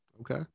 Okay